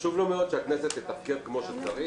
שחשוב לו מאוד שהכנסת תתפקד כמו שצריך